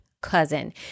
cousin